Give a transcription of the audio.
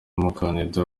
umukandida